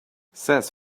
says